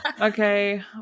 okay